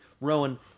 Rowan